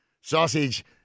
Sausage